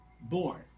born